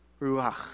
ruach